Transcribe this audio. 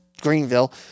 Greenville